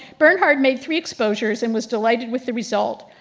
bernhard made three exposures and was delighted with the result,